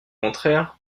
contraire